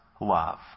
love